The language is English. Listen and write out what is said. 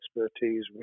expertise